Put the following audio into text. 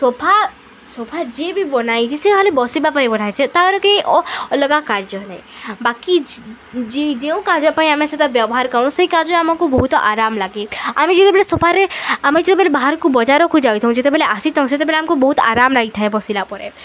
sofa sofa ଯିଏ ବି ବନାଇଛି ସିଏ ଖାଲି ବସିବା ପାଇଁ ବନାଇଛି ତା'ର କେହି ଅ ଅଲଗା କାର୍ଯ୍ୟ ନାହିଁ ବାକି ଯେଉଁ କାର୍ଯ୍ୟ ପାଇଁ ଆମେ ସେଇଟା ବ୍ୟବହାର କରୁଁ ସେଇ କାର୍ଯ୍ୟ ଆମକୁ ବହୁତ ଆରାମ ଲାଗେ ଆମେ ଯେତେବେଳେ ସୋଫାରେ ଆମେ ଯେତେବେଳେ ବାହାରକୁ ବଜାରକୁ ଯାଇଥାଉଁ ଯେତେବେଳେ ଆସିଥାଉଁ ସେତେବେଳେ ଆମକୁ ବହୁତ ଆରାମ ଲାଗିଥାଏ ବସିଲା ପରେ